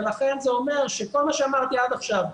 ולכן זה אומר שכל מה שאמרתי עד עכשיו,